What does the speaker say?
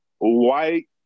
white